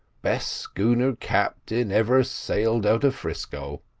best schooner captain ever sailed out of frisco.